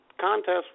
contest